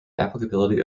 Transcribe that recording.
applicability